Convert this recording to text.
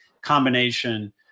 combination